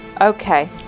Okay